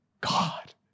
God